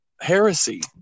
heresy